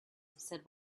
said